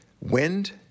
wind